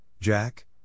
Jack